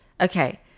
Okay